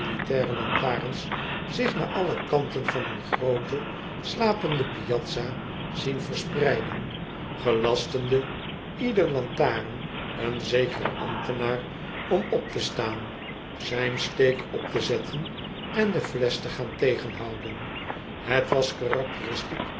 lantarens zich naar alle kanten van een groote slapende piazza zien verspreiden gelastende ieder lantaren een zekeren ambtenaar om op te staan zijn steek op te zetten en de flesch te gaan tegenhouden het was